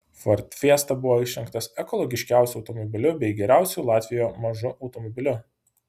ford fiesta buvo išrinktas ekologiškiausiu automobiliu bei geriausiu latvijoje mažu automobiliu